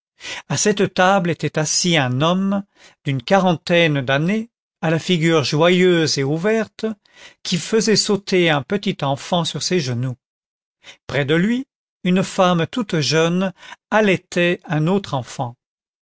à cette table était assis un homme d'une quarantaine d'années à la figure joyeuse et ouverte qui faisait sauter un petit enfant sur ses genoux près de lui une femme toute jeune allaitait un autre enfant